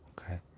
Okay